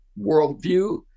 worldview